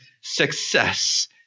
success